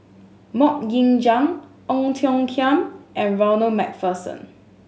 Mok Ying Jang Ong Tiong Khiam and Ronald Macpherson